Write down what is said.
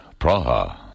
Praha